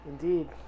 Indeed